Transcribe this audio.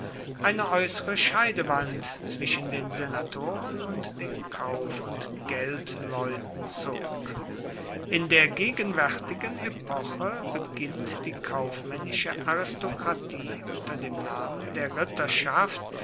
eine äußere scheidewand zwischen den senatoren und den kauf und geldleuten zog in der gegenwärtigen epoche beginnt die kaufmännische aristokratie unter dem namen der